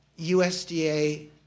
USDA